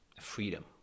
freedom